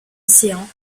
océans